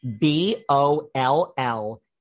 B-O-L-L